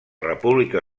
república